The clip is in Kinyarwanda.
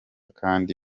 kandi